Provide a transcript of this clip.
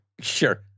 Sure